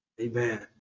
amen